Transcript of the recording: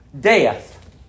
death